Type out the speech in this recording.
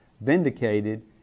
vindicated